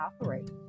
operate